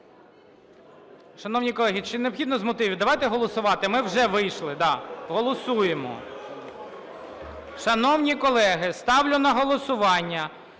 Шановні колеги, чи необхідно з мотивів? Давайте голосувати, ми вже вийшли, голосуємо. Шановні колеги, ставлю на голосування